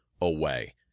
away